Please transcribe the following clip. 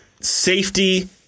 safety